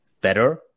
better